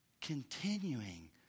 Continuing